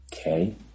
okay